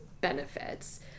benefits